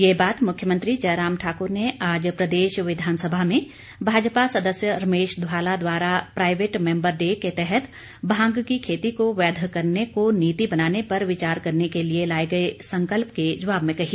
यह बात मुख्यमंत्री जयराम ठाकुर ने आज प्रदेश विधानसभा में भाजपा सदस्य रमेश धवाला द्वारा प्राइवेट मेंबर डे के तहत भांग की खेती को वैध करने को नीति बनाने पर विचार करने के लिए लाए गए संकल्प के जवाब में कही